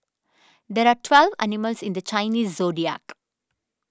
there are twelve animals in the Chinese zodiac